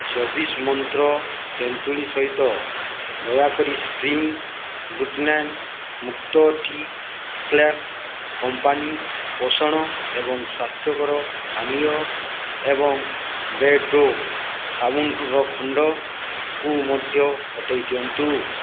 ଚବିଶ ମନ୍ତ୍ର ତେନ୍ତୁଳି ସହିତ ଦୟାକରି ସ୍ପ୍ରିଙ୍ଗ ଗ୍ଲୁଟେନ୍ ମୁକ୍ତ ଟି କ୍ଳେସ୍ କମ୍ପାନୀ ପୋଷଣ ଏବଂ ସ୍ଵାସ୍ଥ୍ୟକର ପାନୀୟ ଏବଂ ବେୟର୍ଡ଼ୋ ସାବୁନର ଖଣ୍ଡକୁ ମଧ୍ୟ ହଟାଇ ଦିଅନ୍ତୁ